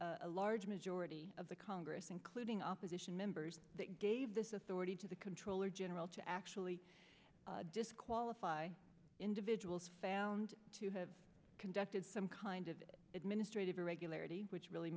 of a large majority of the congress including opposition members that gave this authority to the controller general to actually disqualify individuals found to have conducted some kind of administrative irregularity which really